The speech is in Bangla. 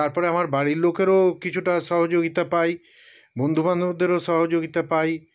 তারপরে আমার বাড়ির লোকেরও কিছুটা সহযোগিতা পাই বন্ধুবান্ধবদেরও সহযোগিতা পাই